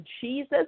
Jesus